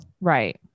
right